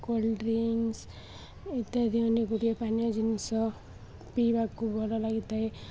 cold drinks ଇତ୍ୟାଦି ଅନେକ ଗୁଡ଼ିଏ ପାନୀୟ ଜିନିଷ ପିଇବାକୁ ଭଲ ଲାଗିଥାଏ